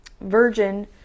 virgin